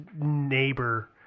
neighbor